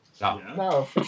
no